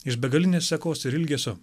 iš begalinės sekos ir ilgesio